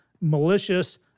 malicious